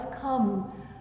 come